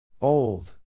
Old